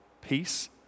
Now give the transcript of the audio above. peace